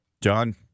John